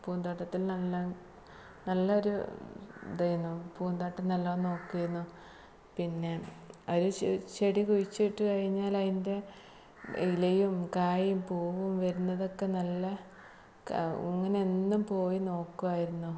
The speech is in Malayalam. പൂന്തോട്ടത്തില് നല്ല നല്ല ഒരു ഇതായിരുന്നു പൂന്തോട്ടം നല്ലോണം നോക്കിയിരുന്നു പിന്നെ ഒരു ചെടി കുഴിച്ചിട്ട് കഴിഞ്ഞാല് അതിന്റെ ഇലയും കായും പൂവും വരുന്നതൊക്കെ നല്ല ഇങ്ങനെ എന്നും പോയി നോക്കുമായിരുന്നു